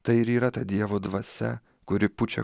tai ir yra ta dievo dvasia kuri pučia